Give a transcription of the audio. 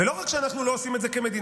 ולא רק שאנחנו לא עושים את זה כמדינה,